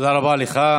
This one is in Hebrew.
תודה רבה לך.